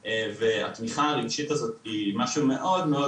והתמיכה הרגשית הזאת היא משהו מאוד מאוד